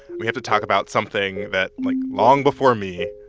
we have to talk about something that, like, long before me,